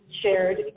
shared